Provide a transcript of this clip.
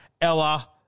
Ella